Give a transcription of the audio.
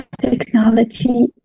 Technology